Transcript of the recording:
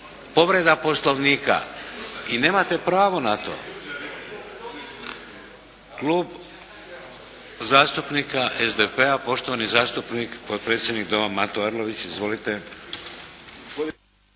povreda Poslovnika i nemate pravo na to. Klub zastupnika SDP-a, poštovani zastupnik potpredsjednik Doma Mato Arlović. Izvolite.